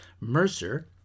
Mercer